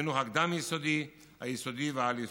בחינוך הקדם-יסודי, היסודי והעל-יסודי.